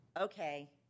okay